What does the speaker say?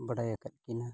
ᱵᱟᱰᱟᱭᱟᱠᱟᱫ ᱠᱤᱱᱟᱹ